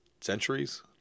centuries